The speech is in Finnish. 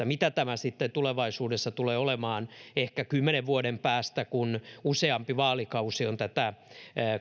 mitä tämä sitten tulee olemaan tulevaisuudessa ehkä kymmenen vuoden päästä kun useampi vaalikausi on tätä